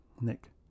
Nick